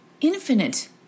infinite